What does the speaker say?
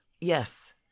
Yes